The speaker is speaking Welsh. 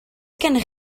gennych